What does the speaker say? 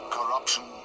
Corruption